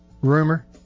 Rumor